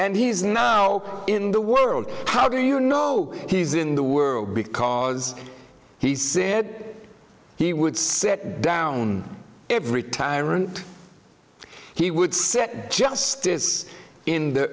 and he is now in the world how do you know he's in the world because he said he would set down every tyrant he would set justice in the